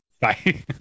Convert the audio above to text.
Bye